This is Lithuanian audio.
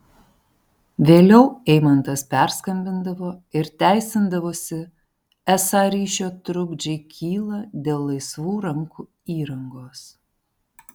vėliau eimantas perskambindavo ir teisindavosi esą ryšio trukdžiai kyla dėl laisvų rankų įrangos